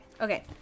Okay